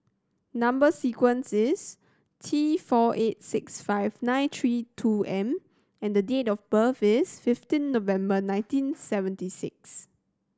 number sequence is T four eight six five nine three two M and date of birth is fifteen November nineteen seventy six